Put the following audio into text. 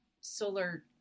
solar